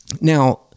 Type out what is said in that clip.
Now